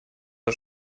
der